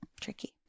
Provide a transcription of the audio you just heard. Tricky